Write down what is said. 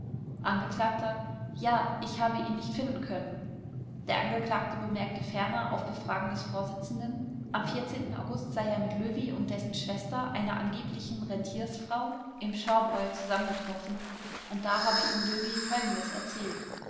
angekl ja ich habe ihn nicht finden können der angeklagte bemerkte ferner auf befragen des vorsitzenden am august sei er mit löwy und dessen schwester einer angeblichen rentiersfrau im pschorrbräu zusammengetroffen und da habe ihm löwy folgendes erzählt